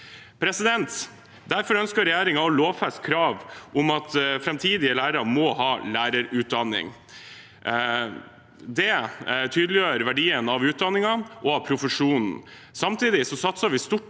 Derfor ønsker regjeringen å lovfeste et krav om at framtidige lærere må ha lærerutdanning. Det tydeliggjør verdien av utdanningen og av profesjonen. Samtidig satser vi stort